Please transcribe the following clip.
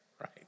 Right